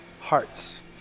hearts